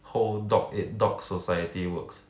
whole dog eat dog society works